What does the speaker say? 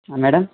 madam